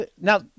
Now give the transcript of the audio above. Now